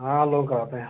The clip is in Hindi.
हाँ लोन कराते हैं